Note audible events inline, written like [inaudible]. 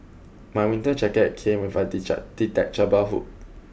my winter jacket came with a [unintelligible] detachable hood